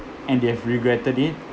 and they have regretted it